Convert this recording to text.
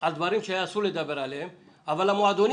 על דברים שדיברו עליהם אבל המועדונים